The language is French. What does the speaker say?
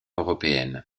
européenne